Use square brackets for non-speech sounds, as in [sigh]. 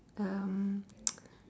um [noise]